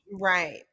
right